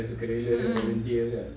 mm mm